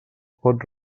pot